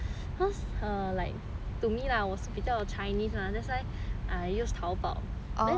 to me lah 我是比较 chinese lah that's why I use tao bao then you know tao bao is